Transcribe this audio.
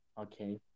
okay